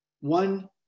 One